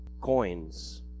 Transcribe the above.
coins